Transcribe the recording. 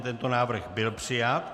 Tento návrh byl přijat.